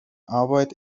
arbeit